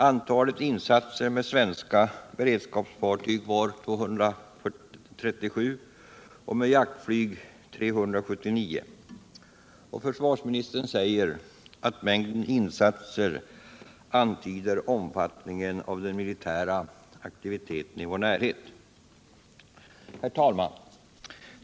Antalet insatser med svenska beredskapsfartyg var 237 och med jaktflyg 379. Försvarsministern säger att mängden insatser antyder omfattningen av den militära aktiviteten i vår närhet. Herr talman!